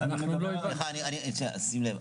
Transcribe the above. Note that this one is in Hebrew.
שים לב,